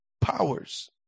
powers